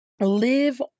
live